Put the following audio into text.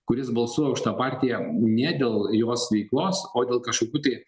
kuris balsuoja už tą partiją ne dėl jos veiklos o dėl kažkokių tai